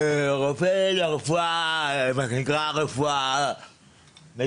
לרופא ברפואה דחופה,